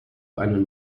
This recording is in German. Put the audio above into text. einen